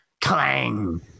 clang